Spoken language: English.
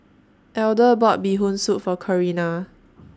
Elder bought Bee Hoon Soup For Carina